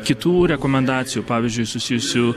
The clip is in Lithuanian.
kitų rekomendacijų pavyzdžiui susijusių